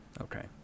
Okay